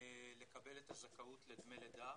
לקבל את הזכאות לדמי לידה.